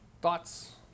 Thoughts